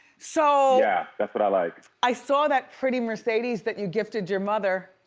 so yeah that's what i like. i saw that pretty mercedes that you gifted your mother.